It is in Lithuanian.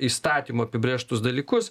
įstatymo apibrėžtus dalykus